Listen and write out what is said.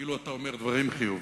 כאילו אתה אומר דברים חיוביים,